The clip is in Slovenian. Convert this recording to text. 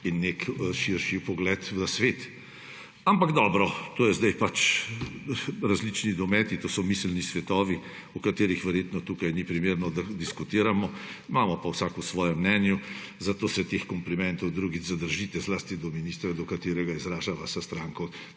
in nek širši pogled v svet. Ampak dobro, to je zdaj pač različni domet, to so miselni svetovi, v katerih verjetno tukaj ni primerno, da diskutiramo, imamo pa vsak svoje mnenje, zato se teh komplimentov drugič zadržite, zlasti do ministra, do katerega izraža vaša stranka